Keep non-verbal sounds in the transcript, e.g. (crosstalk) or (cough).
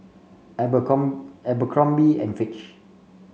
(unintelligible) Abercrombie and Fitch